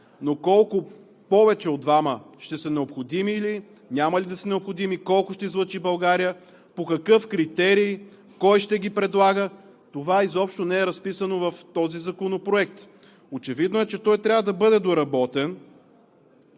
но колко повече от двама, ще са необходими ли, няма ли да са необходими, колко ще излъчи България, по какъв критерий, кой ще ги предлага? Това изобщо не е разписано в този законопроект. Очевидно е, че той трябва да бъде доработен.